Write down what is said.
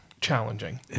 challenging